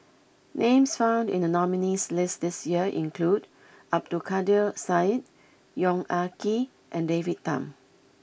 names found in the nominees' list this year include Abdul Kadir Syed Yong Ah Kee and David Tham